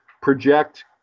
project